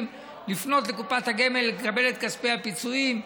לפנות לקופת הגמל לקבל את כספי הפיצויים,